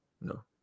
no